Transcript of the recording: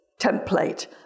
template